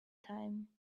time